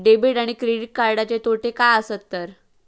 Debit आणि credit कार्डचे तोटे काय आसत तर?